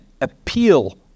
appeal